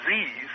disease